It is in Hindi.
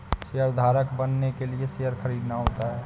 शेयरधारक बनने के लिए शेयर खरीदना होता है